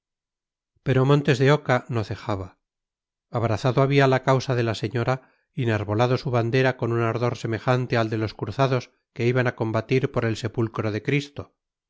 pero montes de oca no cejaba abrazado había la causa de la señora y enarbolado su bandera con un ardor semejante al de los cruzados que iban a combatir por el sepulcro de cristo